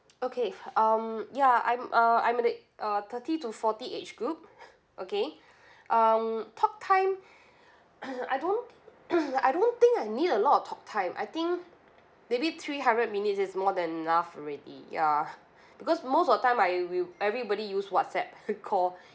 okay um ya I'm uh I'm in late uh thirty to forty age group okay um talktime I don't I don't think I need a lot of talktime I think maybe three hundred minutes is more than enough already ya because most of time I will everybody use whatsapp call